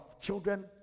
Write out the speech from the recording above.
children